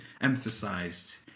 emphasized